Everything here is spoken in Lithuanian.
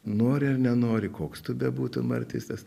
nori ar nenori koks tu bebūtum artistas